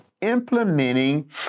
Implementing